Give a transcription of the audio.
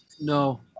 No